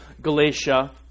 Galatia